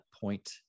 point